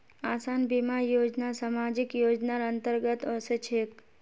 आसान बीमा योजना सामाजिक योजनार अंतर्गत ओसे छेक